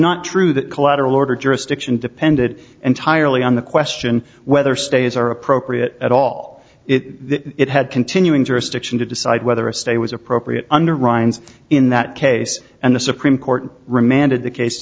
not true that collateral order jurisdiction depended entirely on the question whether states are appropriate at all it had continuing jurisdiction to decide whether a stay was appropriate under ryan's in that case and the supreme court remanded the case